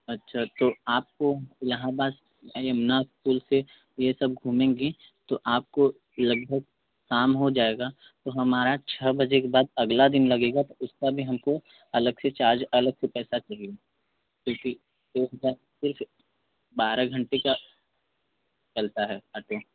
अच्छा तो आपको इलाहबाद या यमुना पुल से ये सब घूमेंगी तो आपको लगभग शाम हो जाएगा तो हमारा छ बजे के बाद अगला दिन लगेगा तो उसका भी हमको अलग से चार्ज अलग से पैसा चाहिए क्योंकि बारह घंटे का चलता है ऑटो